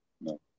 No